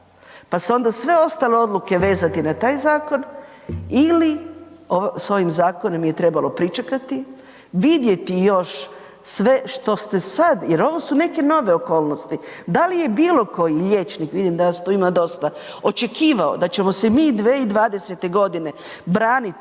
tad, pa sve ostale odluke vezati na taj zakon ili s ovim zakonom je trebalo pričekati, vidjeti još sve što ste sad jer ovo su neke nove okolnosti. Da li je bilo koji liječnik, vidim da vas tu ima dosta, očekivao da ćemo se mi 2020.godine braniti